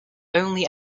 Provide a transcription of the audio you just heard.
only